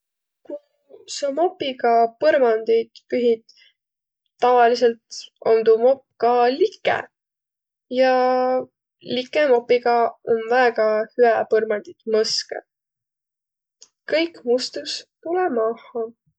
Ku sa mopiga põrmandit pühit, tavaliselt om tuu mopp ka like. Ja like mopiga om väega hüä põrmandit mõskõq. Kõik mustus tulõ maaha.